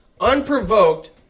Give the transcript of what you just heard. unprovoked